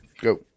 go